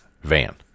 Van